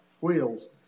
wheels